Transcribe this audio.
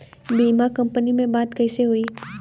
बीमा कंपनी में बात कइसे होई?